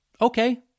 okay